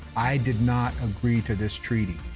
i did not agree to this treaty.